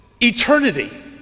eternity